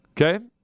Okay